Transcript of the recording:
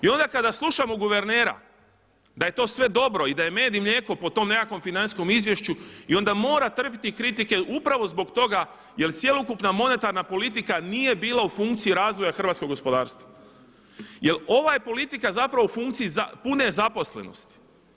I onda kada slušamo guvernera da je to sve dobro i da je med i mlijeko po tom nekakvom financijskom izvješću i onda mora trpiti kritike upravo zbog toga jer cjelokupna monetarna politika nije bila u funkciji razvoja hrvatskog gospodarstva jel ova politika je zapravo u funkciji pune zaposlenosti.